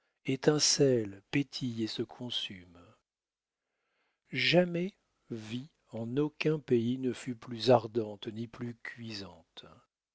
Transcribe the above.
étincelle pétille et se consume jamais vie en aucun pays ne fut plus ardente ni plus cuisante